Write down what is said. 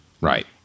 right